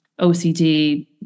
OCD